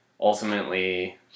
ultimately